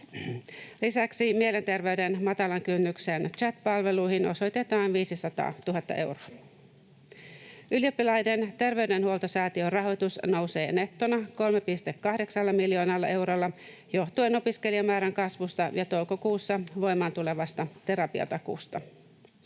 Lisäksi mielenterveyden matalan kynnyksen chat-palveluihin osoitetaan 500 000 euroa. Ylioppilaiden terveydenhuoltosäätiön rahoitus nousee nettona 3,8 miljoonalla eurolla johtuen opiskelijamäärän kasvusta ja toukokuussa voimaan tulevasta terapiatakuusta.